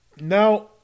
Now